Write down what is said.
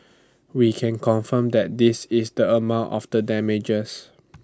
we can confirm that this is the amount of the damages